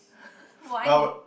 why